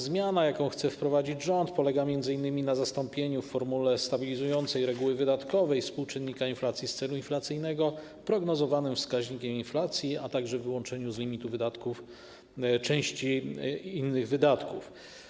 Zmiana, jaką chce wprowadzić rząd, polega m.in. na zastąpieniu w formule stabilizującej reguły wydatkowej współczynnika inflacji z celu inflacyjnego prognozowanym wskaźnikiem inflacji, a także na wyłączeniu z limitu wydatków części innych wydatków.